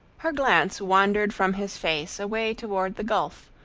her glance wandered from his face away toward the gulf,